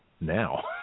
now